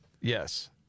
Yes